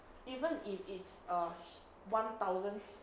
even if it's a one thousand